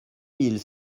mille